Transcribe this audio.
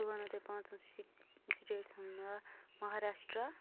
بہٕ وَنہو تۄہہِ پانٛژَن سہِ سِٹیٚٹَہٕ ہُنٛد ناو مہاراشٹرا